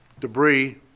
debris